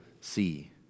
see